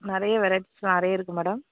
நிறைய வெரைட்டிஸ் நிறைய இருக்குது மேடம்